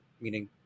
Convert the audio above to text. meaning